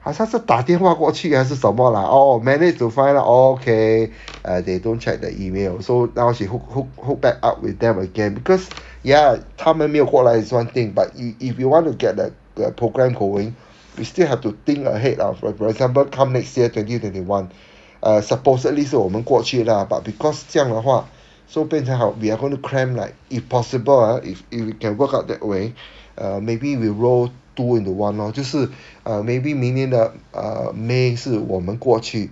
好像是打电话过去还是什么 lah or managed to find out orh K uh they don't check the email so now she hook hook hook back up with them again because ya 他们没有过来 is one thing but if if you want to get the programme going we still have to think ahead of for example come next year twenty twenty one uh supposedly 是我们过去 lah but because 这样的话 so 变成好 we are going to cram like if possible if if we can work out that way uh maybe we'll roll two into one orh 就是 uh maybe 明年的 uh may 是我们过去